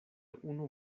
unu